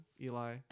Eli